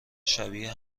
شبیه